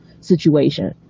situation